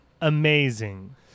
amazing